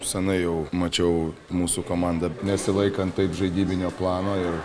senai jau mačiau mūsų komandą nesilaikant taip žaidybinio plano ir